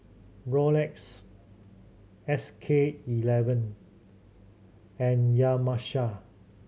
Rolex S K Eleven and Yamaha